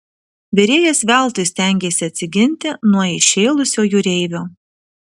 virėjas veltui stengėsi atsiginti nuo įšėlusio jūreivio